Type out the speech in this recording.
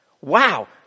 Wow